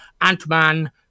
Ant-Man